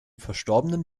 verstorbenen